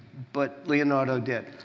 but leonardo did.